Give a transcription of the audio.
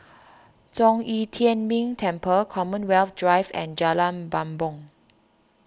Zhong Yi Tian Ming Temple Commonwealth Drive and Jalan Bumbong